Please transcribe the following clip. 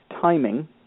timing